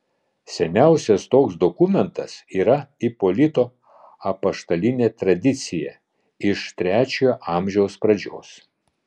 seniausias toks dokumentas yra ipolito apaštalinė tradicija iš trečiojo amžiaus pradžios